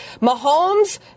Mahomes